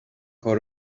کار